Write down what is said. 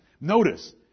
Notice